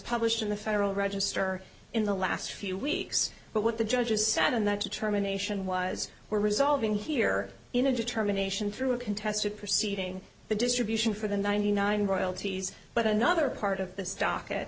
published in the federal register in the last few weeks but what the judges said in that determination was we're resolving here in a determination through a contested proceeding the distribution for the ninety nine royalties but another part of the stock